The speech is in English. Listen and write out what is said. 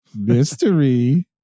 mystery